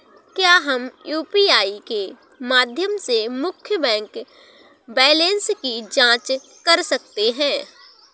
क्या हम यू.पी.आई के माध्यम से मुख्य बैंक बैलेंस की जाँच कर सकते हैं?